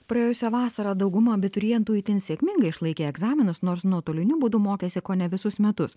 praėjusią vasarą dauguma abiturientų itin sėkmingai išlaikė egzaminus nors nuotoliniu būdu mokėsi kone visus metus